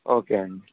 okay అండి